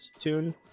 tune